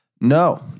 No